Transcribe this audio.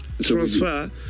transfer